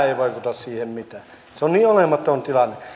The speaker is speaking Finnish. ei vaikuta siihen mitään se on niin olematon tilanne